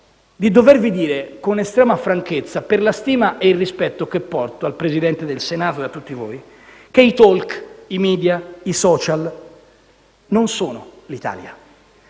di dovervi dire con estrema franchezza, per la stima e il rispetto che porto al Presidente del Senato e a tutti voi, che i *talk*, i *media,* i *social* non sono l'Italia.